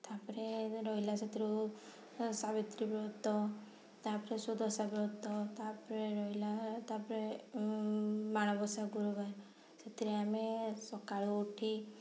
ତାପରେ ରହିଲା ସେଥିରୁ ସାବିତ୍ରୀ ବ୍ରତ ତାପରେ ସୃଦଶା ବ୍ରତ ତାପରେ ରହିଲା ତାପରେ ମାଣବସା ଗୁରୁବାର ସେଥିରେ ଆମେ ସକାଳୁ ଉଠି